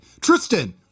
Tristan